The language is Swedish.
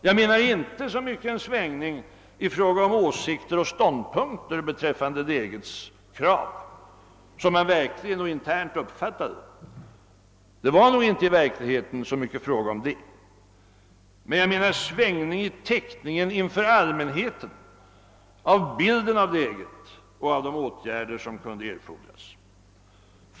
Jag menar inte så mycket en svängning 1 fråga om åsikter och ståndpunkter beträffande lägets krav, som man verkligen och internt uppfattade det. Det var nog inte i verkligheten så mycket fråga om det. Nej jag menar svängning i teckningen inför allmänheten av bilden av läget och av de åtgärder som kunde erfordras.